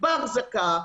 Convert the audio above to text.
באחזקה,